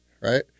right